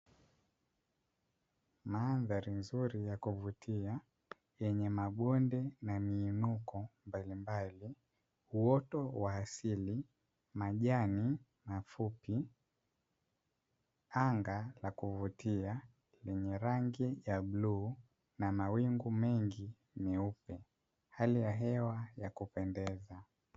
Mandhari nzuri na ya kuvutia yenye mabonde na miinuko mbalimbali, uoto wa asili, majani mafupi, anga la kuvutia lenye rangi ya bluu na mawingu mengi meupe, hali ya hewa ya kupendeza.